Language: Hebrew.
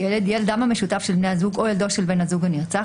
"ילד" ילדם המשותף של בני הזוג או ילדו של בן הזוג הנרצח,